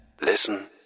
Listen